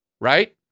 Right